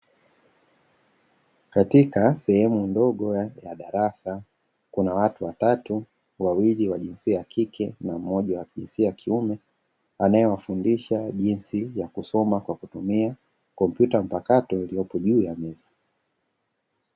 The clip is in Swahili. Katika sehemu ndogo ya darasa kuna watu watatu (wawili wa jinsia ya kike na mmoja wa jinsia ya kiume) anayewafundisha jinsi ya kusoma kwa kutumia kompyuta mpakato iliyopo juu ya meza.